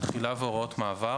תחילה והוראת מעבר